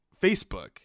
Facebook